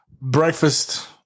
breakfast